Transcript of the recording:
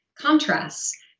contrasts